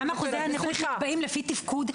למה אחוזי הנכות נקבעים לפי התפקוד?